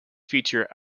feature